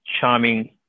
charming